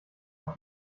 auch